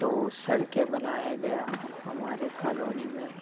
تو سڑکیں بنایا گیا ہمارے کالونی میں